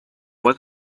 was